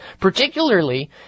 particularly